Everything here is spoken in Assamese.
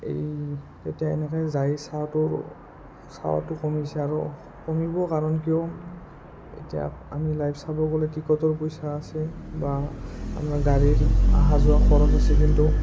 এই তেতিয়া এনেকৈ যাই চাৱাটো চাৱাটো কমিছে আৰু কমিব কাৰণ কিয় এতিয়া আমি লাইভ চাব গ'লে টিকটৰ পইচা আছে বা আপোনাৰ গাড়ীৰ আহা যোৱা খৰচ আছে কিন্তু